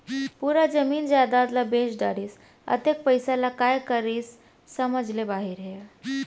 पूरा जमीन जयजाद ल बेच डरिस, अतेक पइसा ल काय करिस समझ ले बाहिर हे